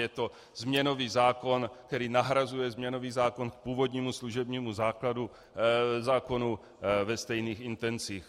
Je to změnový zákon, který nahrazuje změnový zákon k původnímu služebnímu zákonu ve stejných intencích.